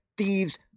thieves